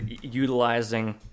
utilizing